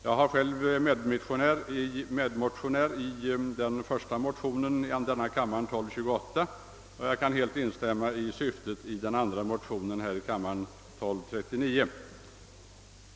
Jag är själv medmotionär i den första motionen, II: 1228, och jag kan helt instämma i syftet i den andra motionen, II: 1239.